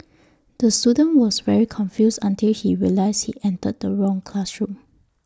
the student was very confused until he realised he entered the wrong classroom